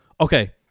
okay